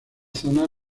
zonas